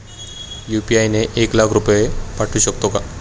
UPI ने एक लाख रुपये पाठवू शकतो का?